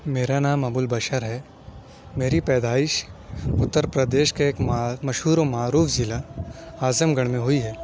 میرا نام ابوُ البشر ہے میری پیدائش اُتّر پردیش کے ایک مشہور و معروف ضلع اعظم گڑھ میں ہوئی ہے